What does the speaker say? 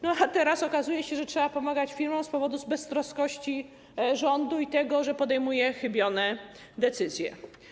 No a teraz okazuje się, że trzeba pomagać firmom z powodu beztroski rządu i tego, że podejmuje on chybione decyzje.